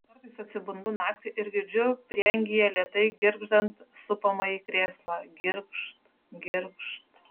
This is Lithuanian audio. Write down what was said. kartais atsibundu naktį ir girdžiu prieangyje lėtai girgždant supamąjį krėslą girgžt girgžt